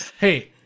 Hey